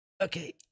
okay